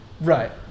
right